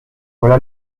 voilà